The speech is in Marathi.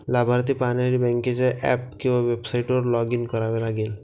लाभार्थी पाहण्यासाठी बँकेच्या ऍप किंवा वेबसाइटवर लॉग इन करावे लागेल